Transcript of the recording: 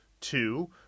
Two